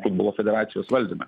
futbolo federacijos valdyme